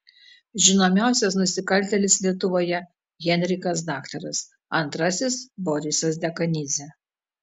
žinomiausias nusikaltėlis lietuvoje henrikas daktaras antrasis borisas dekanidzė